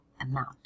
amount